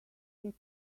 get